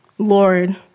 Lord